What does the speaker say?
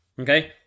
okay